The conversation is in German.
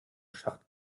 schacht